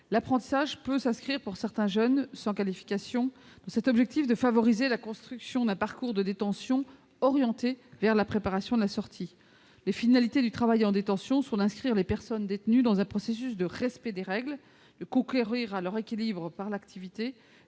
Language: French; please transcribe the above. l'apprentissage peut s'inscrire dans cet objectif de favoriser la construction d'un parcours de détention orienté vers la préparation de la sortie. Les finalités du travail en détention sont d'inscrire les personnes détenues dans un processus de respect des règles, de concourir à leur équilibre par l'activité,